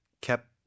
kept